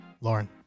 Lauren